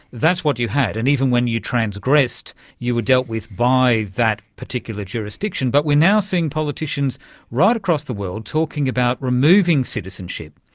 that's what you had, and even when you transgressed you were dealt with by that particular jurisdiction. but we are now seeing politicians right across the world talking about removing citizenship.